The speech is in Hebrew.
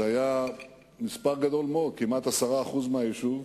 זה היה מספר גדול מאוד, כמעט 10% מהיישוב.